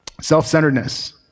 self-centeredness